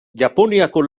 japoniako